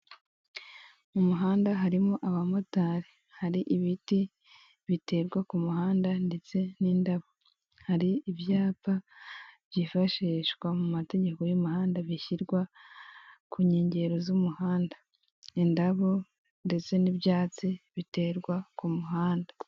Mu muhanda harimo abamotari, hari ibiti biterwa ku muhanda ndetse n'indabo, hari ibyapa byifashishwa nu mategeko y'umuhanda, bishyirwa ku nkengero z'umuhanda, indabo ndetse n'ibyatsi biterwa ku muhanda.